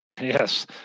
Yes